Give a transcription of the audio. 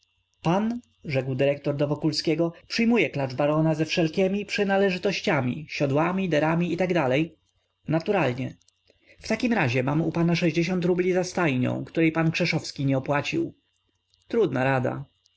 pan rzekł dyrektor do wokulskiego przyjmuje klacz barona ze wszelkiemi przynależytościami siodłami derami i tam dalej naturalnie w takim razie mam u pana sześćdziesiąt rubli za stajnią której pan krzeszowski nie opłacił trudna rada